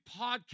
podcast